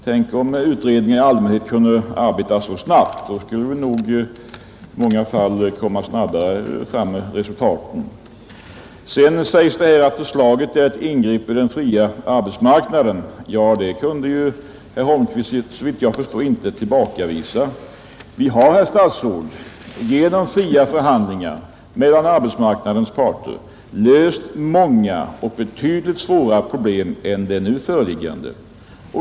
Tänk om utredningar i allmänhet kunde arbeta så snabbt, då skulle vi nog i många fall komma fram till resultatet inom rimlig tid. Det har sagts att förslaget är ett ingrepp i den fria arbetsmarknaden. Det kunde herr Holmqvist, såvitt jag förstår, inte tillbakavisa. Vi har, herr statsråd, genom fria förhandlingar mellan arbetsmarknadens parter löst många och betydligt svårare problem än det nu föreliggande.